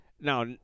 Now